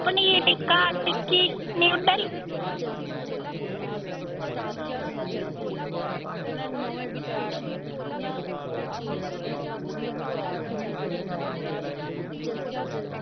paneer tikka tikki noodles